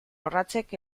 orratzek